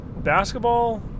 Basketball